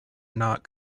not